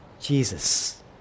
Jesus